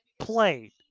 played